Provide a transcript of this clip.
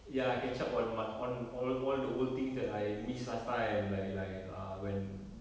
ya catch up on my on all all the old things that I've missed last time like like uh when